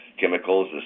chemicals